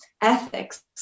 ethics